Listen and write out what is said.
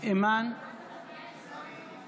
נגד בועז